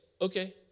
okay